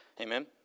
Amen